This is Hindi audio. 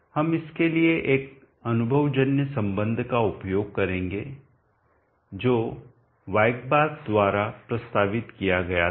हम इसके लिए एक अनुभवजन्य संबंध उपयोग करेंगे जो कि वायकबार्र्क द्वारा प्रस्तावित किया गया था